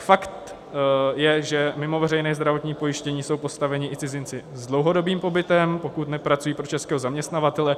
Fakt je, že mimo veřejné zdravotní pojištění jsou postaveni i cizinci s dlouhodobým pobytem, pokud nepracují pro českého zaměstnavatele.